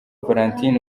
valentine